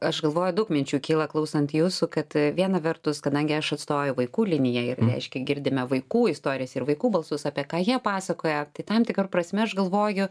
aš galvoju daug minčių kyla klausant jūsų kad viena vertus kadangi aš atstovauju vaikų linijai ir reiškia girdime vaikų istorijas ir vaikų balsus apie ką jie pasakoja tai tam tikra prasme aš galvoju